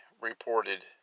reported